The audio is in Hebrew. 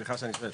סליחה שאני שואל.